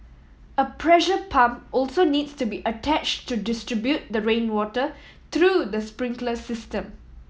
a pressure pump also needs to be attached to distribute the rainwater through the sprinkler system